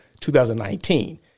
2019